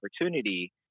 opportunity